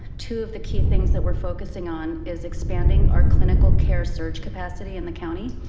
two of the key things that we're focusing on is expanding our clinical care surge capacity in the county.